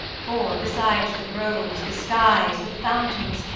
for, besides the groves, the skies, the fountains,